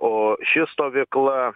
o ši stovykla